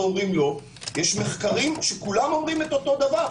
יש מחקרים שאומרים כולם אותו דבר.